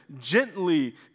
gently